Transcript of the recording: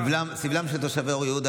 סבלם של תושבי אור יהודה,